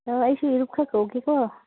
ꯑꯥ ꯑꯩꯁꯨ ꯏꯔꯨꯞ ꯈꯔ ꯀꯧꯒꯦꯀꯣ